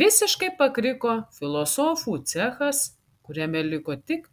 visiškai pakriko filosofų cechas kuriame liko tik